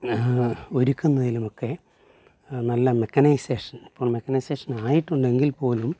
ഒരുക്കുന്നതിലുമൊക്കെ നല്ല മെക്കനൈസേഷൻ ഇപ്പം മെക്കനൈസേഷൻ ആയിട്ടുണ്ട് എങ്കിൽ പോലും